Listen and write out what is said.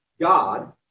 God